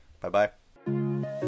Bye-bye